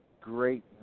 great